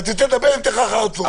אם תרצה לדבר אני אתן לך אחר הצוהריים.